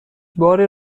باری